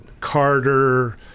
Carter